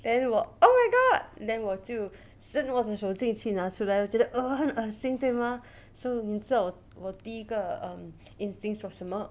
then 我 oh my god then 我就伸我的手进去拿出来我觉得 ugh 很恶心对吗 so 你知道我第一个 um instincts 做什么